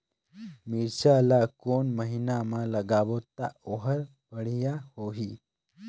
मिरचा ला कोन महीना मा लगाबो ता ओहार बेडिया होही?